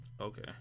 Okay